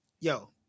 Yo